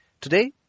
Today